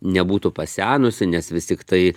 nebūtų pasenusi nes vis tiktai